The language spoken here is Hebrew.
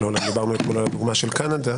הולנד - דיברנו אתמול על הדוגמה של קנדה